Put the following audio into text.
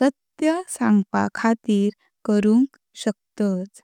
सत्‍‍य सांगपखातीर करुन शकतात।